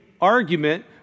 argument